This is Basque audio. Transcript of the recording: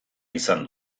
izan